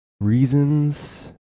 reasons